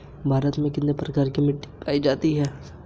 अपना एल.आई.सी कैसे चेक करें?